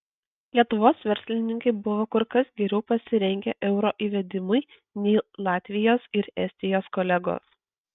lietuvos verslininkai buvo kur kas geriau pasirengę euro įvedimui nei latvijos ir estijos kolegos